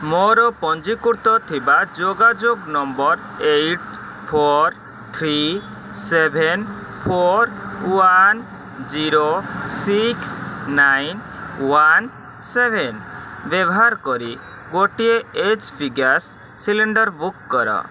ମୋର ପଞ୍ଜୀକୃତ ଥିବା ଯୋଗାଯୋଗ number eight four three seven four one zero six nine one seven ବ୍ୟବାହାର କରି ଗୋଟିଏ H P gas cylinder book କର